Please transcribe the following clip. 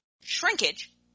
shrinkage